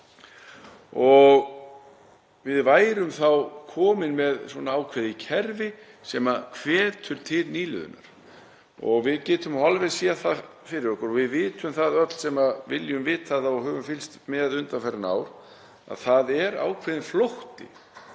Við værum þá komin með ákveðið kerfi sem hvetur til nýliðunar og við getum alveg séð það fyrir okkur og við vitum það öll sem viljum vita það og höfum fylgst með undanfarin ár að það er ákveðinn flótti